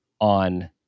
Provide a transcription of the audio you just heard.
on